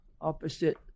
opposite